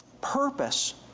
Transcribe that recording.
purpose